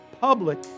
public